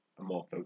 more